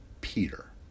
Peter